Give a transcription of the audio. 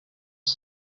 bwo